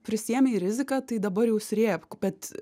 prisiėmei riziką tai dabar jau srėbk bet